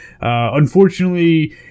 Unfortunately